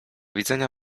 widzenia